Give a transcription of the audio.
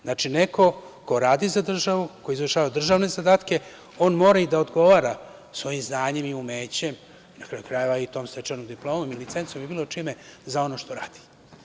Znači, neko ko radi za državu, ko izvršava državne zadatke, on mora i da odgovara svojim znanjem i umećem i na kraju krajeva tom stečenom diplomom i licencom, ili bilo čime, za ono što radi.